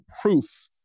proof